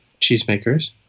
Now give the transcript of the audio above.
cheesemakers